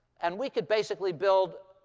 and we could basically build,